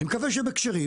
אני מקווה שבכשרים,